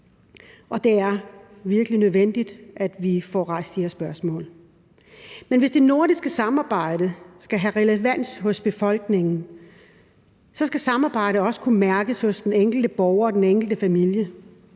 virkelig nødvendigt, at vi får rejst de her spørgsmål. Men hvis det nordiske samarbejde skal have relevans for befolkningen, skal samarbejdet også kunne mærkes hos den enkelte borger og den